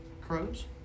crows